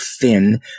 thin